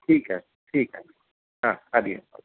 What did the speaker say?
ठीकु आहे ठीकु आहे हा हरि ओम